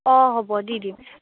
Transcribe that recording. অ হ'ব দি দিম